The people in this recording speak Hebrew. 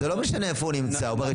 אז זה לא משנה איפה הוא נמצא או ברשימה.